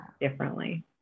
differently